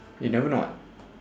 you never know [what]